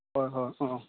হয় অঁ